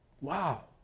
Wow